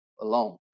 alone